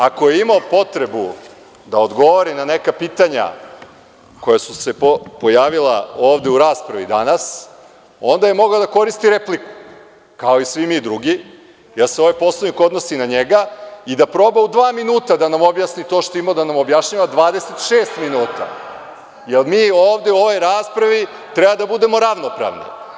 Ako je imao potrebu da odgovori na neka pitanja koja su se pojavila ovde u raspravi danas, onda je mogao da koristi repliku, kao i svi mi drugi, jer se ovaj Poslovnik odnosi i na njega i da proba u dva minuta da nam objasni to što ima da nam objašnjava 26 minuta, jer mi ovde u ovoj raspravi treba da budemo ravnopravni.